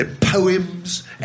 poems